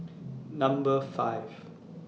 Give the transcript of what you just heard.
Number five